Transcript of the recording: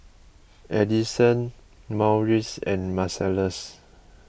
Addyson Marius and Marcellus